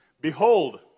Behold